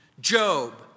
Job